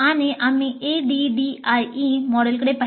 आणि आम्ही ADDIE मॉडेलकडे पाहिले